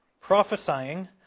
prophesying